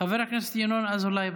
חבר הכנסת ינון אזולאי,